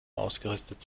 ausgerüstet